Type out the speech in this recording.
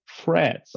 threads